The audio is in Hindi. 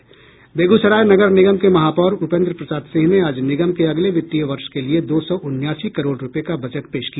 बेगूसराय नगर निगम के महापौर उपेन्द्र प्रसाद सिंह ने आज निगम के अगले वित्तीय वर्ष के लिए दो सौ उनयासी करोड़ रुपये का बजट पेश किया